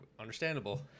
understandable